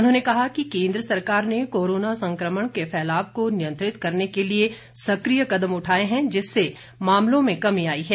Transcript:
उन्होंने कहा कि केन्द्र सरकार ने कोरोना संक्रमण के फैलाव को नियंत्रित करने के लिए सक्रिय कदम उठाए हैं जिससे मामलों में कमी आई है